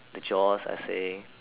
the jaws are safe